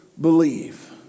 believe